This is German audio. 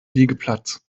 liegeplatz